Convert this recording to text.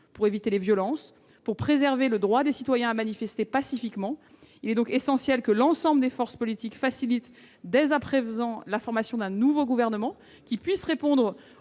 et les violences, ainsi que pour préserver le droit des citoyens à manifester pacifiquement. Il est donc essentiel que l'ensemble des forces politiques facilitent dès à présent la formation d'un nouveau gouvernement qui puisse répondre